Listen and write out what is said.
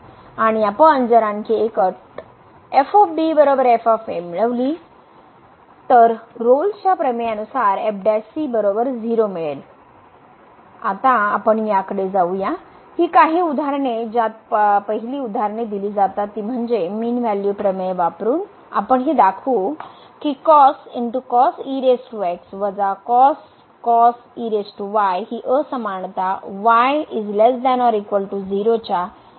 आणि आपण जर आणखी एक अट मिळवली तर रोल्सच्या प्रमेयानुसार आता आपण याकडे जाऊ या ही काही उदाहरणे ज्यात पहिली उदाहरणे दिली जातात ती म्हणजे मिन व्हॅल्यू प्रमेय वापरून आपण हे दाखवू की ही असमानता y≤ ० च्या xy च्या तुलनेत कमी आहे